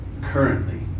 currently